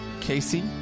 Casey